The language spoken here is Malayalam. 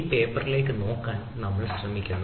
ഈ പേപ്പറിലേക്ക് നോക്കാൻ നമ്മൾ ശ്രമിക്കുന്നു